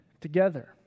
together